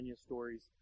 stories